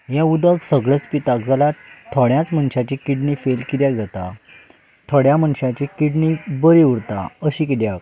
हें उदक सगळेच पिताक जाल्यार थोड्यांच मनशांची किडणी फेल कित्याक जाता थोड्यां मनशांची किडणी बरी उरता अशें कित्याक